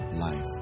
life